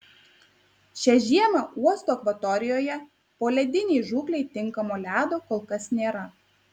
šią žiemą uosto akvatorijoje poledinei žūklei tinkamo ledo kol kas nėra